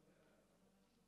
תודה.